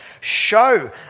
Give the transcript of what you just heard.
show